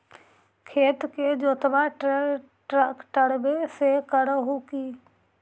खेत के जोतबा ट्रकटर्बे से कर हू की?